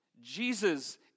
Jesus